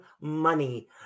money